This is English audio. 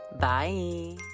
Bye